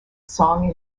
song